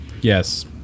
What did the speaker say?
yes